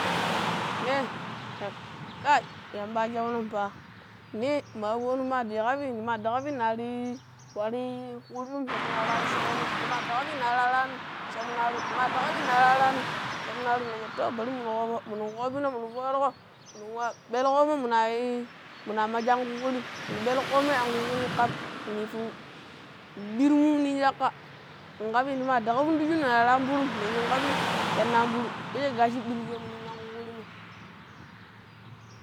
ne nei kai yamba a shunon pa ni ma abonoh ma da kaɓɓi nima da kaɓi naryuii warii kuri non sha munu aru wucho komo ni ma di kabbi nar haranim, sha muni haru nima di kabi shan nar harranim sha muni haru nim aja, to bari minu koɓo minun kob nah minu forucol minun wa ɓello komoh miinaii minu a maju anku kurinm, minu ɓelloko ƙomo i anku kuri kam ivimu ɓirmu nin chacka nkanbi nima di kaɓun tu shunu nar amɓurum meju ƙaɓi channah amburu sooje gashi ɓirgemu nin anku kurimoi.